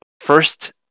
first